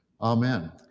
Amen